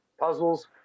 puzzles